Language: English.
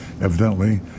Evidently